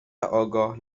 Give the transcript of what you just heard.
آگاه